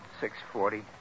six-forty